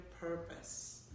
purpose